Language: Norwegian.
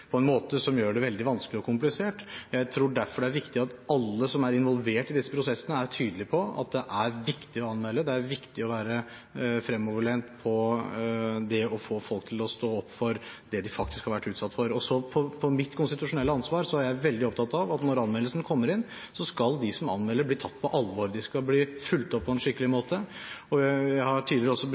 på en måte som gjør det veldig vanskelig og komplisert. Jeg tror derfor det er viktig at alle som er involvert i disse prosessene, er tydelig på at det er viktig å anmelde – det er viktig å være fremoverlent med tanke på det å få folk til å stå opp for det de faktisk har vært utsatt for. Innenfor mitt konstitusjonelle ansvar er jeg veldig opptatt av at når anmeldelsene kommer inn, skal de som anmelder, bli tatt på alvor. De skal bli fulgt opp på en skikkelig måte. Jeg har tidligere